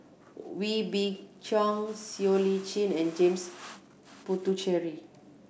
Wee Beng Chong Siow Lee Chin and James Puthucheary